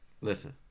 listen